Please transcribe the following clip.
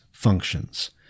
functions